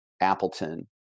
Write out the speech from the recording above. Appleton